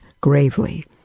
gravely